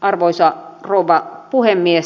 arvoisa rouva puhemies